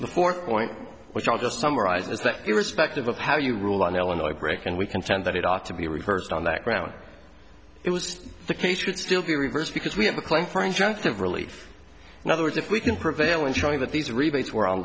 the fourth point which i just summarized is that irrespective of how you rule on illinois brick and we can find that it ought to be reversed on that ground it was the case should still be reversed because we have a claim for injunctive relief in other words if we can prevail in showing that these rebates were on